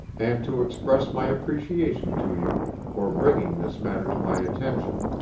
and to express my appreciation to you for bringing this matter to my attention.